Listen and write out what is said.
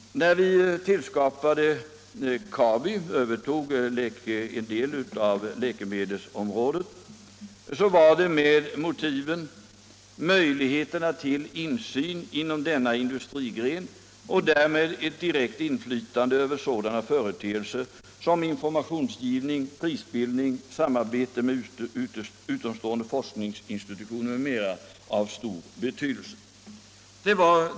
När vi genom Kabi övertog en del av läkemedels = av läkemedelsindutillverkningen var motivet att få möjlighet till insyn inom denna in — strin dustrigren och därigenom ett direkt inflytande över sådan företeelse som informationsgivning, prisbildning, samarbete med utomstående forskningsinstitutioner m.m.